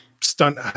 stunt